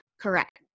Correct